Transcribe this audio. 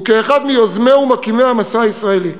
וכאחד מיוזמיו ומקימיו של "המסע הישראלי".